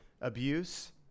abuse